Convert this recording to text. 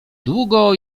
długo